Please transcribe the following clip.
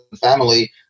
family